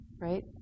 right